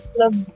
love